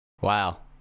wow